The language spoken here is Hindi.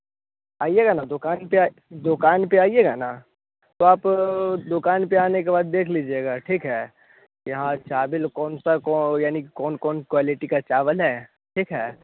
आईएगा ना दुकान पे आएगा ना दुकान पर आईएगा ना तो आप दुकान पर आने के बाद देख लीजिएगा ठीक है यहाँ चावल कौनसा कौन होगा यानी कौन कौन सी क्वालिटी का चावल है ठीक है